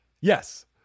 Yes